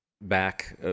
Back